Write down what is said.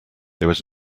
was